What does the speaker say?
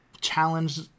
challenge